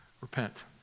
Repent